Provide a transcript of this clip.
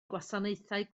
gwasanaethau